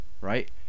Right